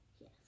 Yes